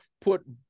put